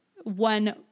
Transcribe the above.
one